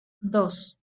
dos